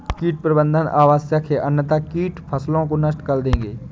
कीट प्रबंधन आवश्यक है अन्यथा कीट फसलों को नष्ट कर देंगे